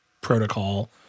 protocol